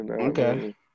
Okay